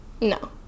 No